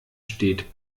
steht